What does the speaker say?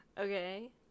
Okay